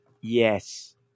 Yes